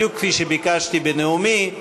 בדיוק כפי שביקשתי בנאומי,